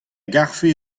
garfe